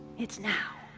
it's now.